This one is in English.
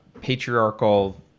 patriarchal